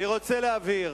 אני רוצה להבהיר.